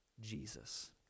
Jesus